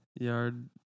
Yard